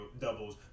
doubles